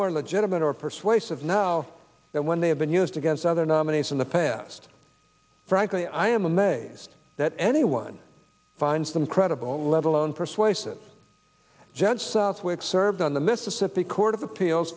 more legitimate or persuasive now when they have been used against other nominees in the past frankly i am amazed that anyone finds them credible level and persuasive judge southwick served on the mississippi court of appeals